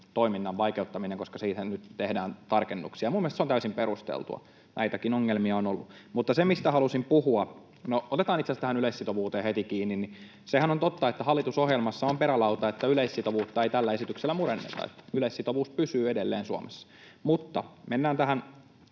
toiminnan vaikeuttaminen, koska siihen nyt tehdään tarkennuksia. Minun mielestäni se on täysin perusteltua. Näitäkin ongelmia on ollut. Mutta se, mistä halusin puhua... No otetaan itse asiassa tähän yleissitovuuteen heti kiinni. Sehän on totta, että hallitusohjelmassa on perälauta, että yleissitovuutta ei tällä esityksellä murenneta ja että yleissitovuus pysyy edelleen Suomessa. Mutta mennään tähän,